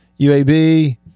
UAB